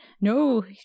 no